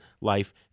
life